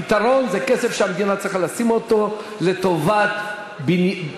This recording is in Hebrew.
הפתרון זה כסף שהמדינה צריכה לשים לטובת בנייה,